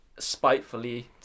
Spitefully